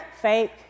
fake